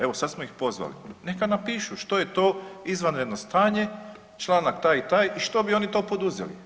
Evo sad smo ih pozvali, neka napišu što je to izvanredno stanje, članak taj i taj i što bi oni to poduzeli.